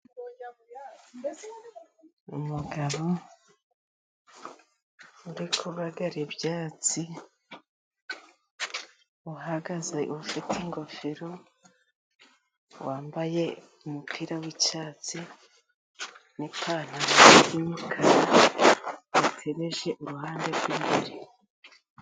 Umugabo uri kubagara ibyatsi, uhagaze ufite ingofero wambaye umupira w'icyatsi n'ipantaro, y'umukara yatebeje uruhande rw'imbere.